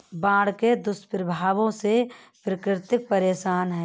बाढ़ के दुष्प्रभावों से कृषक परेशान है